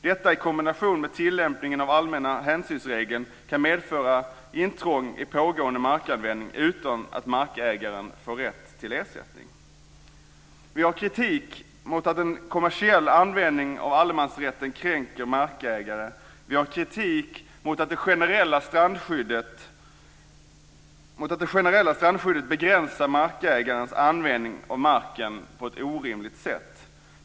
Detta i kombination med tillämpningen av allmänna hänsynsregeln kan medföra intrång i pågående markanvändning utan att markägaren får rätt till ersättning. Vi har kritik mot att en kommersiell användning av allemansrätten kränker markägare. Vi har kritik mot att det generella strandskyddet begränsar markägarens användning av marken på ett orimligt sätt.